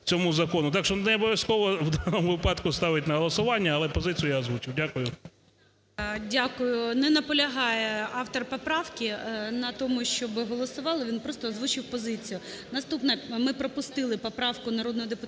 Так що не обов'язково в даному випадку ставити на голосування, але позицію я озвучив. Дякую.